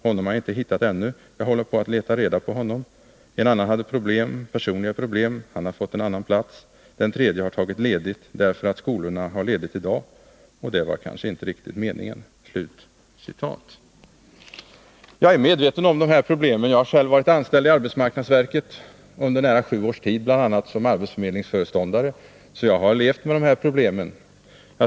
Honom har jag inte hittat ännu, jag håller på att leta reda på honom. —- En annan hade problem. Personliga problem. Han har fått en annan plats. — Den tredje har tagit ledigt, därför att skolorna har ledigt i dag — och det var kanske inte riktigt meningen.” Jag är medveten om dessa problem. Jag har själv varit anställd i arbetsmarknadsverket under nära sju år, bl.a. som arbetsförmedlingsföreståndare, så jag har levt med dessa problem.